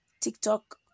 TikTok